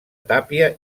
tàpia